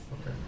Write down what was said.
Okay